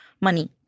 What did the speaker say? money